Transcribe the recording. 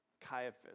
Caiaphas